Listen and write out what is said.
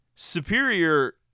Superior